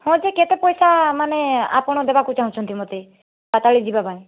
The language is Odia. ହଁ ଯେ କେତେ ପଇସା ମାନେ ଆପଣ ଦେବାକୁ ଚାହୁଁଛନ୍ତି ମୋତେ ପାତାଳୀ ଯିବା ପାଇଁ